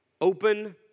open